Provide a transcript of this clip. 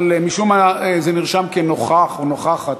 אבל משום מה זה נרשם כנוכח או נוכחת,